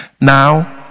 now